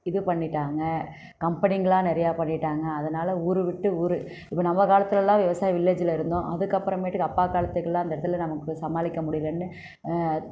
இது பண்ணிவிட்டாங்க கம்பெனிங்கெலாம் நிறைய பண்ணிவிட்டாங்க அதனால் ஊர் விட்டு ஊர் இப்போ நம்ம காலத்துலெலாம் விவசாயம் வில்லேஜில் இருந்தோம் அதுக்கு அப்புறமேட்டுக்கு அப்பா காலத்துக்கெலாம் அந்த இடத்துல நமக்கு சமாளிக்க முடியலனு